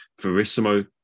Verissimo